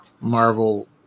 Marvel